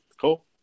Cool